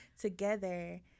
together